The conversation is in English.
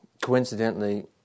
coincidentally